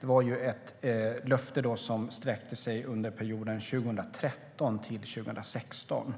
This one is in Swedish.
Det var ett löfte som sträckte sig under perioden 2013-2016.